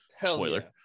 Spoiler